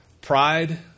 Pride